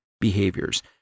behaviors